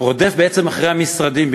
רודף בעצם אחרי המשרדים,